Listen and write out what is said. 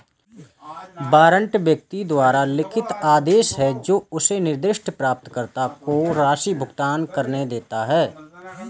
warrant व्यक्ति द्वारा लिखित आदेश है जो उसे निर्दिष्ट प्राप्तकर्ता को राशि भुगतान करने देता है